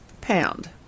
pound